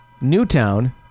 Newtown